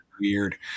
weird